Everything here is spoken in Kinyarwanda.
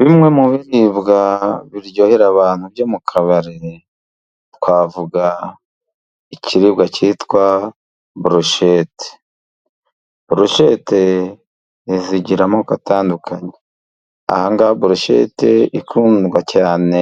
Bimwe mu biribwa biryohera abantu byo mu kabari, twavuga ikiribwa cyitwa burushete. Buroshete zigira amoko atandukanye, burushete ikundwa cyane